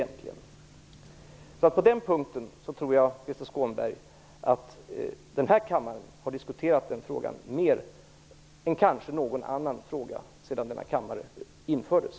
Jag tror därför, Krister Skånberg, att denna kammare har diskuterat den frågan mer än kanske någon annan fråga sedan enkammarsystemet infördes.